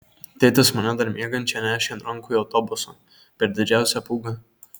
tėtis mane dar miegančią nešė ant rankų į autobusą per didžiausią pūgą